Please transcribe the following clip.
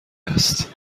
هست